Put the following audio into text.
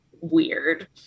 weird